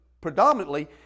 predominantly